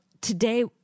today